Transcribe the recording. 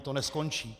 To neskončí.